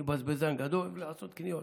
אני בזבזן גדול ואוהב לעשות קניות.